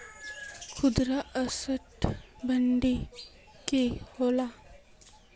खुदरा असटर मंडी की होला?